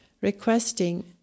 requesting